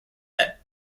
that